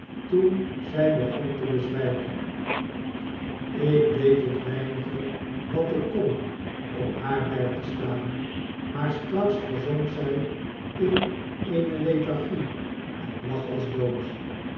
toen zij begon te bezwijken ik deed het weinige wat ik kon om haar bn te staan maar straks verzonk zj in eene lethargie en lag als dood